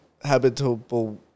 Habitable